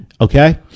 okay